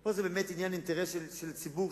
פה זה באמת עניין של אינטרס של ציבור,